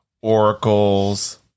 oracles